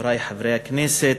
חברי חברי הכנסת,